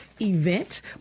event